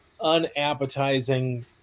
unappetizing